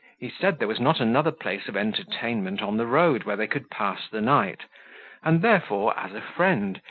he said there was not another place of entertainment on the road where they could pass the night and therefore, as a friend,